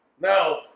no